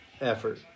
effort